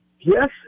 yes